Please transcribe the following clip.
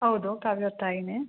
ಹೌದು ಕಾವ್ಯ ಅವ್ರ ತಾಯಿಯೇ